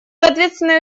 ответственный